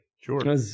Sure